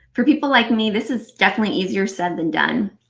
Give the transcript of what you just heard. for people like me, this is definitely easier said than done.